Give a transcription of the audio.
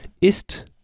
Ist